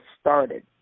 started